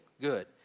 good